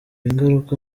ingaruka